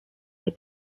les